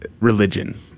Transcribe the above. religion